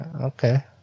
okay